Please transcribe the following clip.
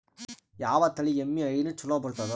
ಯಾವ ತಳಿ ಎಮ್ಮಿ ಹೈನ ಚಲೋ ಬರ್ತದ?